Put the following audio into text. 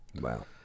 Wow